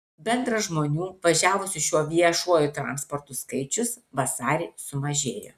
bendras žmonių važiavusių šiuo viešuoju transportu skaičius vasarį sumažėjo